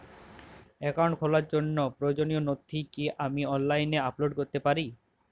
Account খোলার জন্য প্রয়োজনীয় নথি কি আমি অনলাইনে আপলোড করতে পারি?